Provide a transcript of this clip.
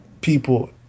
people